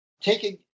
taking